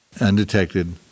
undetected